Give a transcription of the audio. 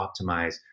optimize